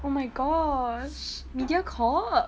oh my gosh mediacorp